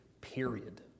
period